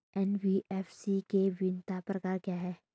NBFC के विभिन्न प्रकार क्या हैं?